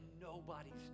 nobody's